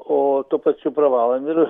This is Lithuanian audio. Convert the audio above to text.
o tuo pačiu pravalom ir